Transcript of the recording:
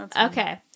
okay